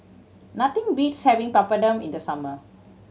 nothing beats having Papadum in the summer